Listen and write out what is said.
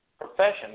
profession